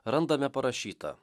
randame parašytą